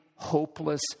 hopeless